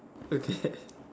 okay